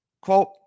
Quote